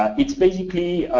um it's basically